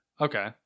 Okay